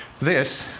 this